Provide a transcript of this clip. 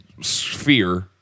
sphere